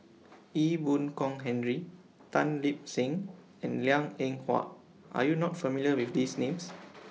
Ee Boon Kong Henry Tan Lip Seng and Liang Eng Hwa Are YOU not familiar with These Names